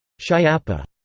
schiappa